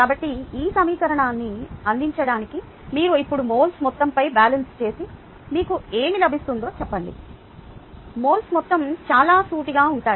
కాబట్టి ఆ సమీకరణాన్ని అందించడానికి మీరు ఇప్పుడు మోల్స్ మొత్తం పై బ్యాలెన్స్ చేసి మీకు ఏమి లభిస్తుందో చెప్పండి మోల్స్ మొత్తం చాలా సూటిగా ఉంటాయి